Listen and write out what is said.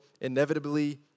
inevitably